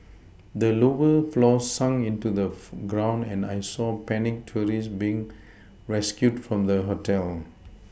the lower floors sunk into the ground and I saw panicked tourists being rescued from the hotel